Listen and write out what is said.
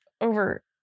over